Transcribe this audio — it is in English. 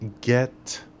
get